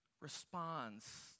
responds